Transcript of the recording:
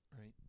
Right